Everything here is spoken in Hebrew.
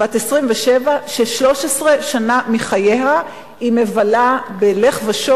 27 ש-13 שנה מחייה היא מבלה בלך ושוב